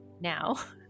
Now